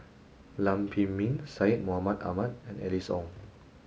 Lam Pin Min Syed Mohamed Ahmed and Alice Ong